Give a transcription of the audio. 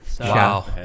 Wow